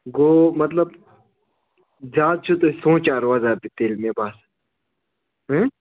گوٚو مطلب زیادٕ چھِو تُہۍ سونٛچان روزان تہِ تیٚلہِ مےٚ باسان